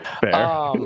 Fair